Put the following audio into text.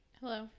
Hello